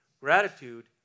Gratitude